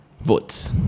votes